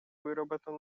выработан